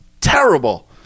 terrible